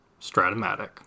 Stratomatic